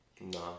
No